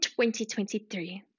2023